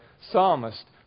psalmist